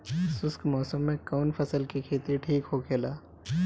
शुष्क मौसम में कउन फसल के खेती ठीक होखेला?